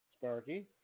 Sparky